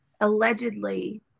allegedly